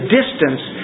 distance